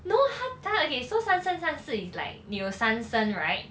no 他他 okay so 三生三世 is like 你有三生 right